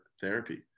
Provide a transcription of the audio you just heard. therapy